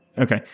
Okay